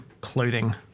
clothing